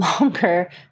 longer